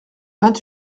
vingt